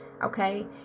Okay